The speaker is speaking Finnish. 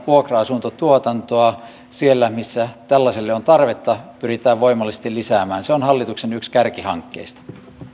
vuokra asuntotuotantoa siellä missä tällaiselle on tarvetta pyritään voimallisesti lisäämään se on hallituksen yksi kärkihankkeista